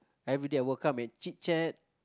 everyday I would come and chit-chat